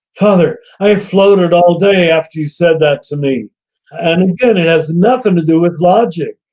father, i floated all day after you said that to me. and again, it has nothing to do with logic.